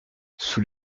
sous